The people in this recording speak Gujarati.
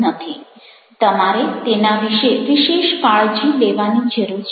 તમારે તેના વિશે વિશેષ કાળજી લેવાની જરૂર છે